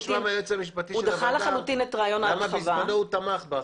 בואו נשמע מהיועץ המשפטי לוועדה למה בזמנו הוא תמך בהחלטה.